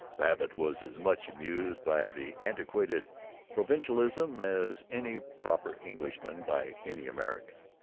babbitt was as much amused by the antiquated provincialism as any proper englishman by any american.